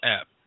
app